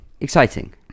exciting